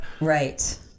Right